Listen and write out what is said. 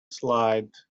slide